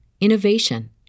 innovation